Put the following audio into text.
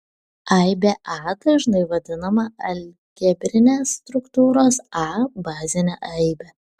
aibė a dažnai vadinama algebrinės struktūros a bazine aibe